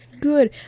good